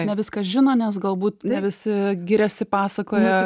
ne viską žino nes galbūt ne visi giriasi pasakoja